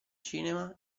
cinema